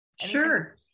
Sure